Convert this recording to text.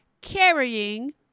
carrying